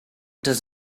does